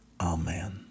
Amen